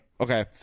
Okay